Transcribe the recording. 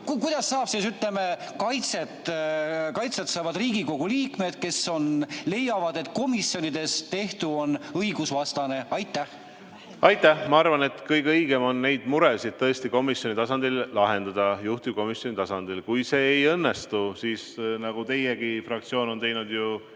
kuidas saavad siis, ütleme, kaitset Riigikogu liikmed, kes leiavad, et komisjonides tehtu on õigusvastane. Aitäh! Ma arvan, et kõige õigem on neid muresid ikkagi komisjoni tasandil lahendada, juhtivkomisjoni tasandil. Kui see ei õnnestu, siis nagu teie fraktsioon ongi teinud,